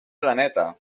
planeta